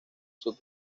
sub